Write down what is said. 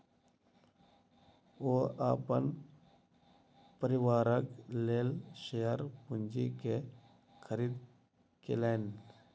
ओ अपन परिवारक लेल शेयर पूंजी के खरीद केलैन